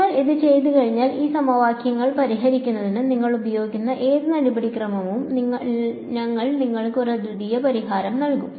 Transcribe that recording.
നിങ്ങൾ അത് ചെയ്തുകഴിഞ്ഞാൽ ഈ സമവാക്യങ്ങൾ പരിഹരിക്കുന്നതിന് നിങ്ങൾ ഉപയോഗിക്കുന്ന ഏത് നടപടിക്രമവും ഞങ്ങൾ നിങ്ങൾക്ക് ഒരു അദ്വിതീയ പരിഹാരം നൽകും